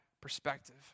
perspective